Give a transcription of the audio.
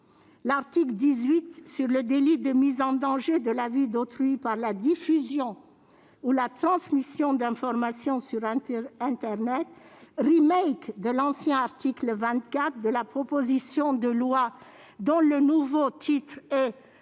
L'article 18 relatif au délit de mise en danger de la vie d'autrui par la diffusion ou la transmission d'informations sur internet, de l'ancien article 24 de la proposition de loi, dont le nouveau titre est «